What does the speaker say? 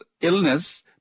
illness